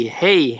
hey